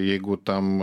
jeigu tam